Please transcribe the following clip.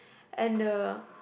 and the